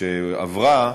שעברה,